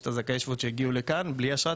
יש את זכאי השבות שהגיעו לכאן בלי אשרת